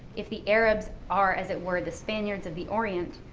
if the arabs are as it were the spaniards of the orient,